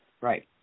right